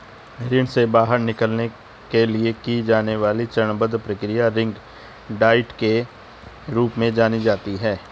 ऋण से बाहर निकलने के लिए की जाने वाली चरणबद्ध प्रक्रिया रिंग डाइट के रूप में जानी जाती है